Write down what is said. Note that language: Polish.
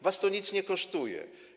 Was to nic nie kosztuje.